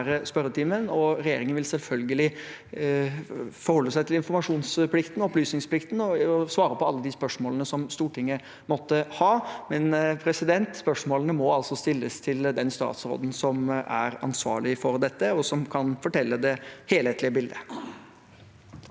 Regjeringen vil selvfølgelig forholde seg til informasjonsplikten og opplysningsplikten og svare på alle de spørsmålene som Stortinget måtte ha, men spørsmåle ne må altså stilles til den statsråden som er ansvarlig for dette, og som kan fortelle om det helhetlige bildet.